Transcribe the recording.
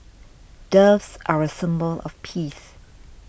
doves are a symbol of peace